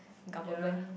ya